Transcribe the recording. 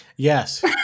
Yes